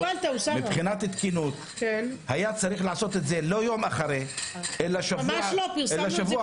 מבחינת תקינות היה צריך לעשות את זה לא יום אחרי אלא שבוע לפני,